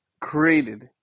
created